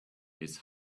his